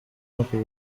ako